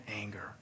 anger